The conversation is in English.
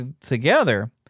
together